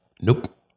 Nope